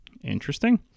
Interesting